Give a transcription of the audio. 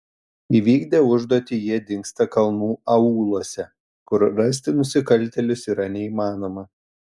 įvykdę užduotį jie dingsta kalnų aūluose kur rasti nusikaltėlius yra neįmanoma